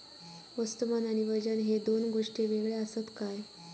वस्तुमान आणि वजन हे दोन गोष्टी वेगळे आसत काय?